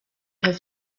have